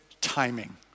timing